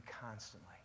constantly